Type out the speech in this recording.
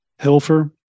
Hilfer